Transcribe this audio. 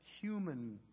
human